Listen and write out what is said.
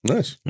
Nice